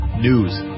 News